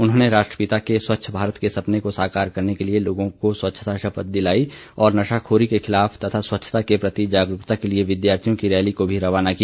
उन्होंने राष्ट्रपिता के स्वच्छ भारत के सपने को साकार करने के लिए लोगों को स्वच्छता शपथ दिलाई और नशाखोरी के खिलाफ तथा स्वच्छता के प्रति जागरूकता के लिए विद्यार्थियों की रैली को भी रवाना किया